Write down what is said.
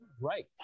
Right